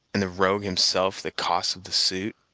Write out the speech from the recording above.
and the rogue himself the cost of the suit!